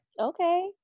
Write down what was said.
Okay